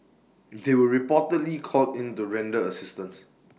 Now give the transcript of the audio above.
they were reportedly called in to render assistance